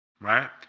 right